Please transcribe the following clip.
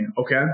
Okay